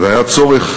והיה צריך